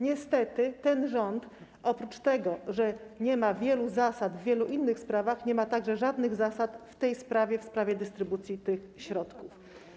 Niestety ten rząd oprócz tego, że nie ma wielu zasad w wielu innych sprawach, nie ma także żadnych zasad w tej sprawie, w sprawie dystrybucji tych środków.